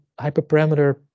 hyperparameter